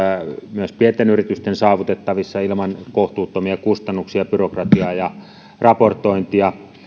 myös pienten yritysten saavutettavissa ilman kohtuuttomia kustannuksia byrokratiaa ja raportointia